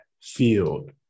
field